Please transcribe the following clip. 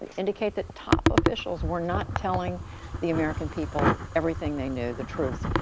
indicate that top officials were not telling the american people everything they knew, the truth,